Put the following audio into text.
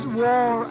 war